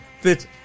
fits